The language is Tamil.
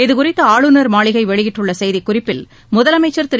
இதுகுறித்து ஆளுநர் மாளிகை வெளியிட்டுள்ள செய்திக்குறிப்பில் முதலமைச்சர் திரு